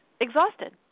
exhausted